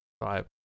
five